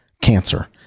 cancer